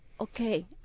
okay